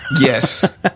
yes